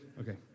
okay